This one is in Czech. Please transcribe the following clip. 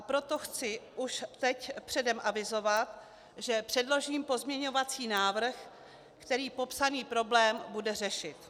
Proto chci už teď předem avizovat, že předložím pozměňovací návrh, který popsaný problém bude řešit.